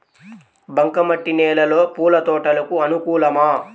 బంక మట్టి నేలలో పూల తోటలకు అనుకూలమా?